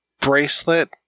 bracelet